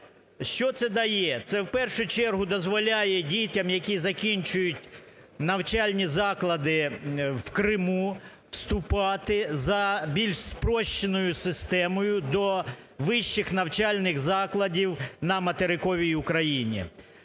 Що це дає? Це в першу чергу дозволяє дітям, які закінчують навчальні заклади в Криму, вступати за більш спрощеною системою до вищих навчальних закладів на материковій Україні.